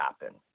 happen